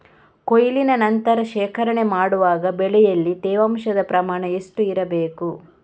ಕೊಯ್ಲಿನ ನಂತರ ಶೇಖರಣೆ ಮಾಡುವಾಗ ಬೆಳೆಯಲ್ಲಿ ತೇವಾಂಶದ ಪ್ರಮಾಣ ಎಷ್ಟು ಇರಬೇಕು?